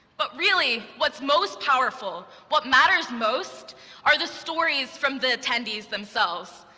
but really, what's most powerful, what matters most are the stories from the attendees themselves.